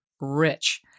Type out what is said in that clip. rich